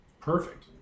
Perfect